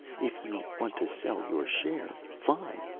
if you want to sell your share, fine.